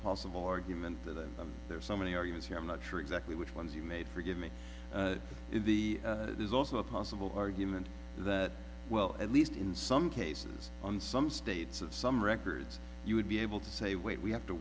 possible argument that there are so many arguments here i'm not sure exactly which ones you made forgive me the there's also a possible argument that well at least in some cases on some states of some records you would be able to say wait we have to